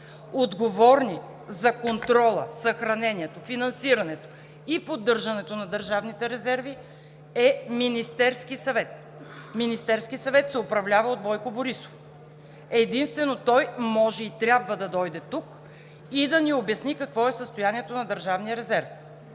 Отговорни за контрола, съхранението, финансирането и поддържането на държавните резерви е Министерският съвет. Министерският съвет се управлява от Бойко Борисов. Единствено той може и трябва да дойде тук и да ни обясни какво е състоянието на държавния резерв.